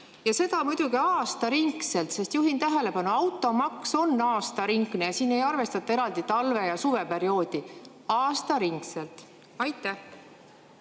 Ja seda muidugi aastaringselt, sest ma juhin tähelepanu, et automaks on aastaringne, siin ei arvestata eraldi talve- ja suveperioodi. Aastaringselt. Ma